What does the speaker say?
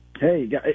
Hey